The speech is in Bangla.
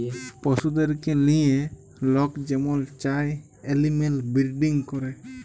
পশুদেরকে লিঁয়ে লক যেমল চায় এলিম্যাল বিরডিং ক্যরে